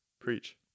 Preach